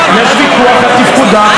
השר אקוניס.